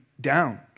down